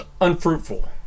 unfruitful